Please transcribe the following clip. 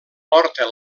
porta